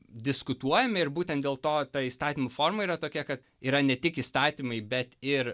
diskutuojame ir būtent dėl to ta įstatymų forma yra tokia kad yra ne tik įstatymai bet ir